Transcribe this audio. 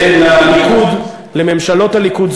לליכוד, לממשלות הליכוד.